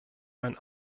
mein